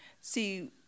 See